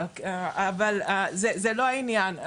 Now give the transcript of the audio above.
אבל זה לא העניין.